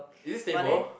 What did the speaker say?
is it stable